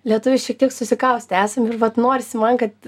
lietuviai šiek tiek susikaustę esam ir vat norisi man kad